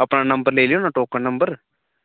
अपना नंबर लेई लेओ ना टोकन नंबर